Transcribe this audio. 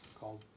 called